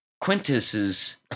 quintus's